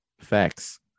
facts